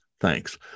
Thanks